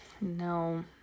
no